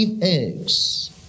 eggs